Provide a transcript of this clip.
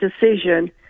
decision